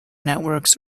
networks